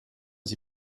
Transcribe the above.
sie